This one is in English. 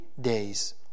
days